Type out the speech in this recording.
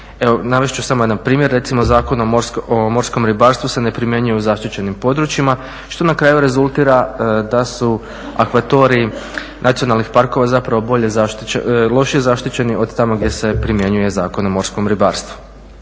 navest ću samo jedan primjer. Recimo Zakon o morskom ribarstvu se ne primjenjuje u zaštićenim područjima što na kraju rezultira da su akvatoriji nacionalnih parkova zapravo lošije zaštićeni od tamo gdje se primjenjuje Zakon o morskom ribarstvu.